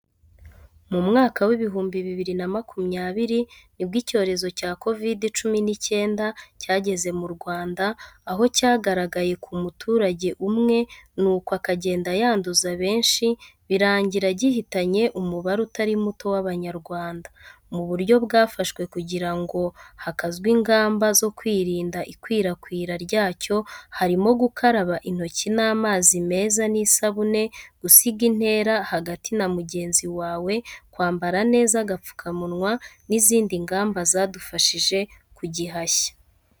Mu mwaka w'ibihumbi bibiri na makumyabiri, nibwo icyorezo cya kovide cumi n'icyenda cyageze mu Rwanda, aho cyagaragaye ku muturage umwe nuko akagenda yanduza benshi birangira gihitanye umubare utari muto w'Abanyarwanda. Mu buryo bwafashwe kugira ngo hakazwe ingamba zo kwirinda ikwirakwira ryacyo, harimo gukaraba intoki n'amazi meza n'isabune, gusiga intera hagati na mugenzi wawe, kwambara neza agapfukamunwa, n'izindi ngamba zadufashije kugihashya.